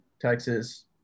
Texas